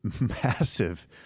massive